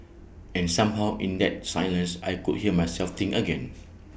and somehow in that silence I could hear myself think again